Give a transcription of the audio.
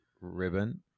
ribbon